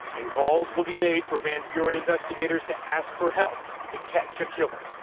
and calls will be made for van buren investigators to ask for help to catch a killer.